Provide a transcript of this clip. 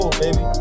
baby